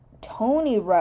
Tony